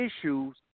issues